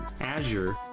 Azure